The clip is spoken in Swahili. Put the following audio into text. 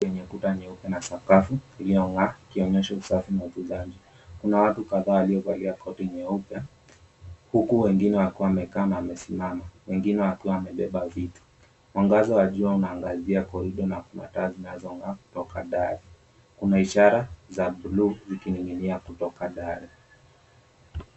...yenye kuta nyeupe na sakafu iliyong'aa ikionyesha usafi na utunzaji. Kuna watu kadhaa waliovalia koti nyeupe huku wengine wakiwa wamekaa na wamesimama, wengine wakiwa wamebeba vitu. Mwangaza wa jua unaangazia korido na mataa zinazong'aa kutoka dari. Kuna ishara za buluu zikining'inia kutoka dari.